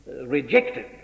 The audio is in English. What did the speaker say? rejected